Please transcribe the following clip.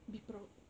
be proud